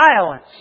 violence